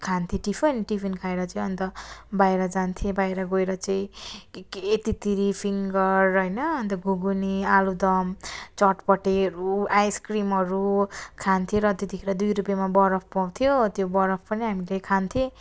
खान्थ्यौँ tiffin tiffin खाएर चाहिँ अन्त बाहिर जान्थ्यौँ बाहिर गएर चाहिँ के के तितिरी फिङ्गर होइन अन्त घुकुनी आलुदम चटपटेहरू आइसक्रिमहरू खान्थ्यौँ र त्यतिखेर दुई रुपियाँमा बरफ पाउँथ्यो त्यो बरफ पनि हामीले खान्थ्यौँ